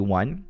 one